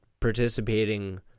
participating